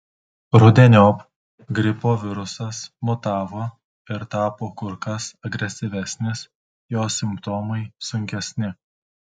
rudeniop gripo virusas mutavo ir tapo kur kas agresyvesnis jo simptomai sunkesni